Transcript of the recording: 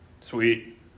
Sweet